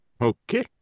Okay